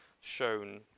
shown